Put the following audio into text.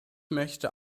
möchte